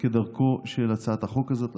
כדרכו, של הצעת החוק הזאת.